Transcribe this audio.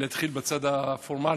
אני אתחיל בצד הפורמלי.